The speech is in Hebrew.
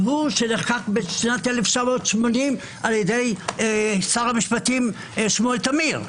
והוא נחקק ב-1980 על ידי שר המשפטים שמואל תמיר,